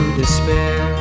despair